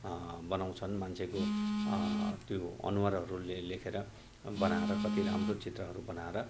बनाउँछन् मान्छेको त्यो अनुहारहरूले लेखेर बनाएर कति राम्रो चित्रहरू बनाएर